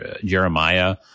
Jeremiah